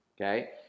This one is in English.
Okay